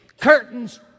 Curtains